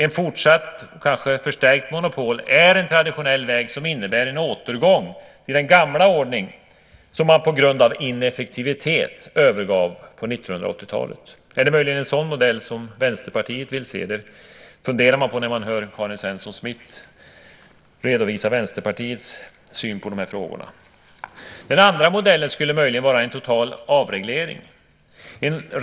Ett fortsatt kanske förstärkt monopol är en traditionell väg som innebär en återgång till den gamla ordning som man på grund av ineffektivitet övergav på 1980-talet. Är det möjligen en sådan modell som Vänsterpartiet vill se? Det funderar man på när man hör Karin Svensson Smith redovisa Vänsterpartiets syn på de här frågorna. Den andra modellen skulle möjligen vara en total avreglering.